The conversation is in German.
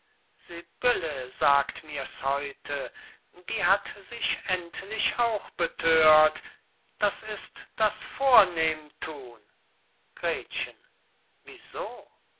sagt mir's heute die hat sich endlich auch bethört das ist das vornehmthun gretchen wie